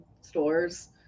stores